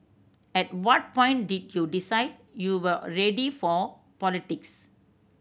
at what point did you decide you were ready for politics